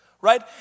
right